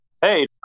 hey